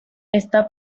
está